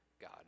god